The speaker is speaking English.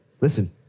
Listen